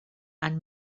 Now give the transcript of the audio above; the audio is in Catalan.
han